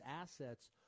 assets